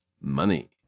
Money